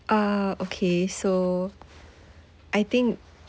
uh okay so I think